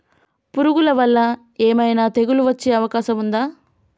పురుగుల వల్ల ఏమైనా తెగులు వచ్చే అవకాశం ఉందా?